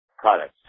products